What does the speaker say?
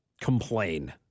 complain